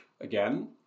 again